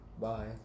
Bye